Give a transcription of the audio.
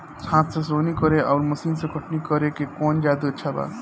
हाथ से सोहनी करे आउर मशीन से कटनी करे मे कौन जादे अच्छा बा?